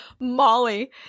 molly